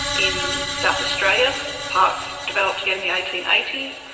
in south australia parks developed again in the eighteen eighty s.